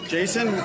Jason